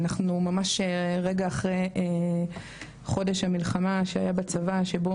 אנחנו ממש רגע אחרי חודש המלחמה שהיה בצבא שבו